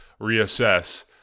reassess